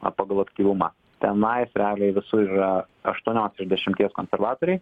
na pagal aktyvumą tenais realiai visur yra aštuoniose iš dešimties konservatoriai